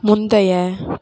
முந்தைய